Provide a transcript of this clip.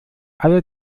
alle